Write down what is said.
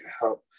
help